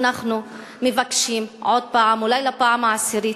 אנחנו מבקשים שוב, אולי בפעם העשירית,